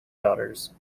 daughters